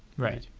right.